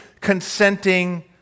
consenting